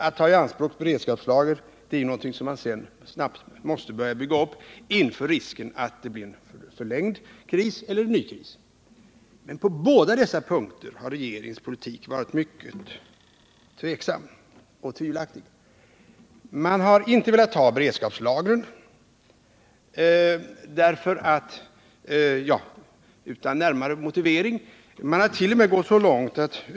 Att ta i anspråk beredskapslagren gör ju att man sedan snabbt måste försöka bygga upp dem igen inför risken att det blir en förlängd eller en ny kris. På båda dessa punkter har regeringen varit mycket tveksam och handlat mycket tvivelaktigt. Man har utan närmare motivering inte velat ta av beredskapslagren.